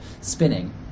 spinning